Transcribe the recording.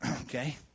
okay